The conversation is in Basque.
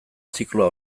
zikloa